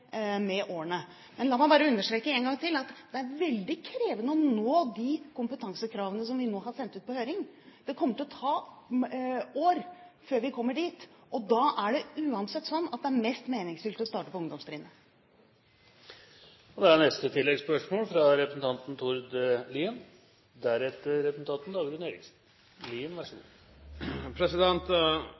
med årene. La meg bare understreke en gang til at det er veldig krevende å nå de kompetansekravene som vi nå har sendt ut på høring. Det kommer til å ta år før vi kommer dit, og da er det uansett slik at det er mest meningsfylt å starte på ungdomstrinnet. Tord Lien – til oppfølgingsspørsmål. Professor John Hattie fra